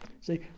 See